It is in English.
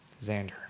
Xander